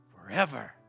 forever